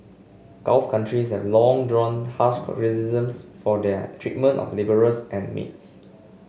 gulf countries have long drawn harsh criticisms for their treatment of labourers and maids